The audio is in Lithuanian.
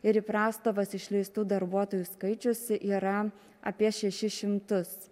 ir į prastovas išleistų darbuotojų skaičius yra apie šešis šimtus